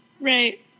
Right